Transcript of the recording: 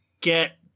get